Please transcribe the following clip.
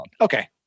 Okay